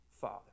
Father